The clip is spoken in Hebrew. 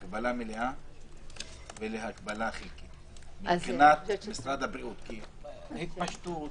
(ד)הכרזה על הגבלה חלקית תהיה לתקופה